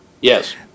Yes